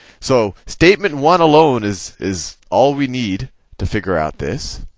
so statement one alone is is all we need to figure out this.